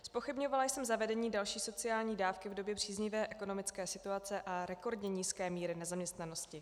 Zpochybňovala jsem zavedení další sociální dávky v době příznivé ekonomické situace a rekordně nízké míry nezaměstnanosti.